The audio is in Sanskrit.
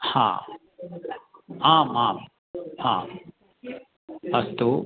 हा आम् आम् हा अस्तु